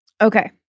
Okay